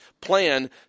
plan